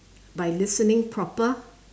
by listening proper